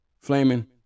flaming